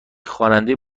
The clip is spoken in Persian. خواننده